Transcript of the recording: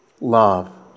Love